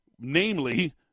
namely